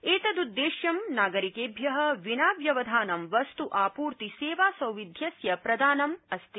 एतद्देश्यं नागरिकेभ्य विना व्यवधानं वस्तु आपूर्ति सेवा सौविध्यस्य प्रदानम् अस्ति